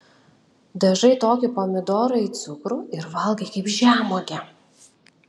dažai tokį pomidorą į cukrų ir valgai kaip žemuogę